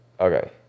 okay